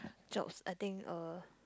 jobs I think uh